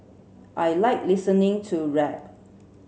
I like listening to rap